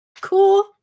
cool